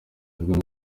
kagame